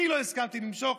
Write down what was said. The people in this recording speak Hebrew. אני לא הסכמתי למשוך.